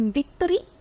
victory